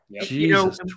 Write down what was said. Jesus